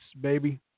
baby